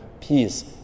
peace